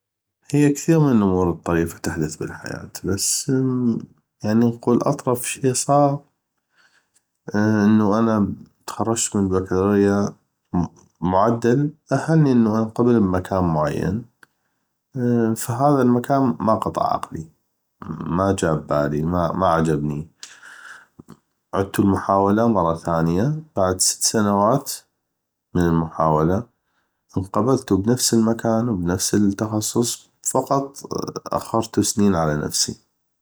هيه كثيغ من الامور الطريفة تحدث بالحياه بس يعني نقول اطرف شي صاغ انو انا تخرجتو من بكلوريا بمعدل اهلني انو انقبل بمكان معين ف هذا المكان ما قطع عقلي ما جا ببالي ما عجبني عدتو المحاوله مره ثانيه بعد ست سنوات من محاوله انقبلتو بنفس مكان ونفس تخصص فقط اخرتو سنين على نفسي